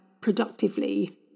productively